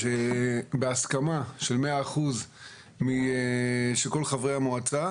בהסכמת מאה אחוזים של כל חברי המועצה.